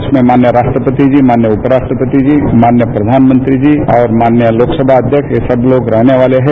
उसमें माननीय राष्ट्रपति जी माननीय उपराष्ट्रपति जी माननीय प्रधानमंत्री जी और माननीय लोकसभा अध्यक्ष ये सब लोग रहने वाले हैं